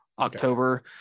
October